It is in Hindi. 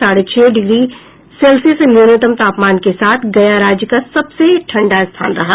साढ़े छह डिग्री सेल्सियस न्यूनतम तापमान के साथ गया राज्य का सबसे ठंडा स्थान रहा